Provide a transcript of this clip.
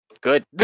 Good